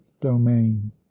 domain